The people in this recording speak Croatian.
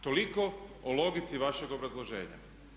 Toliko o logici vašeg obrazloženja.